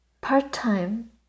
Part-time